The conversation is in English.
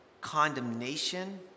condemnation